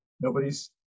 nobody's